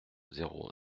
zéro